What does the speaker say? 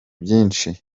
byinshi